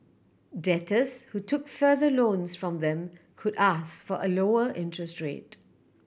debtors who took further loans from them could ask for a lower interest rate